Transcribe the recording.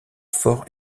fort